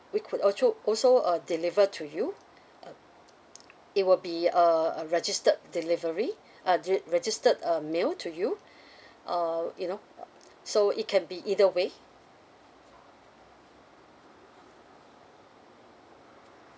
we could also also uh deliver to you uh it will be uh a registered delivery uh de~ registered um mail to you uh you know so it can be either way